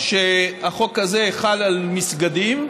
שהחוק הזה חל על מסגדים,